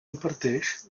imparteix